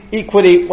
equally